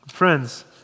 Friends